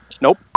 Nope